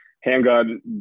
Handgun